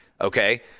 Okay